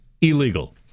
illegal